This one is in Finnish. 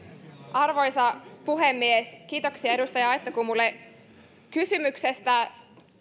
arvoisa puhemies kiitoksia edustaja aittakummulle kysymyksestä